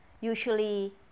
usually